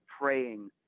praying